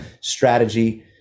strategy